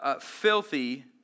filthy